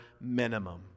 minimum